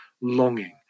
longing